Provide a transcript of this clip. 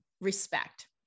respect